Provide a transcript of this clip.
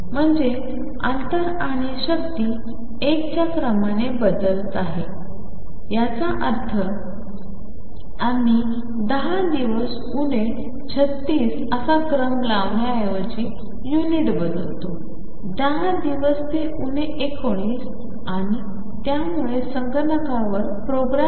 म्हणजे अंतर आणि शक्ती 1 च्या क्रमाने आहेत याचा अर्थ आम्ही 10 दिवस उणे 36 असा क्रम लावण्याऐवजी युनिट बदलतो 10 दिवस ते उणे 19 आणि त्यामुळे संगणकावर प्रोग्राम करणे खूप कठीण होईल